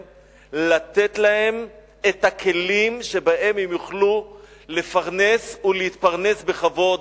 את הכלים שבהם הם יוכלו להתפרנס ולפרנס בכבוד,